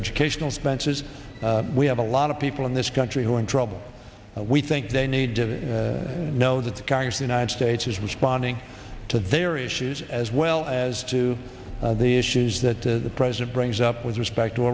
educational spence's we have a lot of people in this country who are in trouble we think they need to know that the congress united states is responding to their issues as well as to the issues that the president brings up with respect to